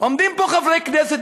עומדים פה חברי כנסת,